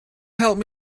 help